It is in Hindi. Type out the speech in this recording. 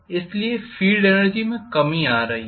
इसलिए फील्ड एनर्जी में कमी आ रही है